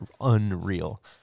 unreal